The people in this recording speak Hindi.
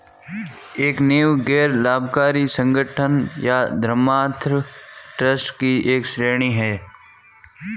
एक नींव गैर लाभकारी संगठन या धर्मार्थ ट्रस्ट की एक श्रेणी हैं